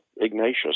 Ignatius